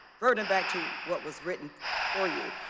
referred and back to what was written for you.